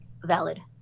valid